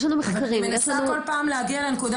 יש לנו מחקרים -- אבל אני מנסה כל פעם להגיע לנקודה